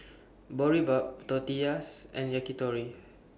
Boribap Tortillas and Yakitori